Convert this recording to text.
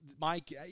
Mike